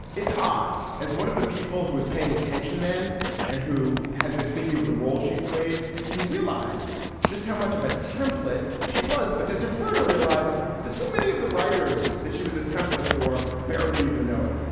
it's odd as one of the people who was paying attention then and who has been thinking of the role she played to realize just how much of a template she was. but then to further realize that so many of the writers that she was a template for barely even though it.